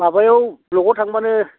माबायाव ब्लकआव थांबानो